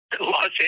Los